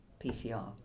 PCR